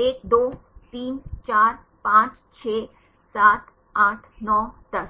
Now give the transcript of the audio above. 1 2 3 4 5 6 7 8 9 10